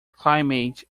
climate